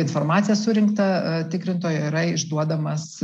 informaciją surinktą tikrintojo yra išduodamas